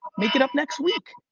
make it up next week,